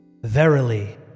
Verily